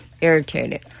irritated